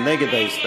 מי נגד ההסתייגות?